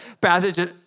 passage